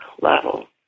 level